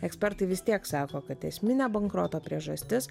ekspertai vis tiek sako kad esminė bankroto priežastis